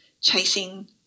chasing